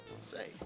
Say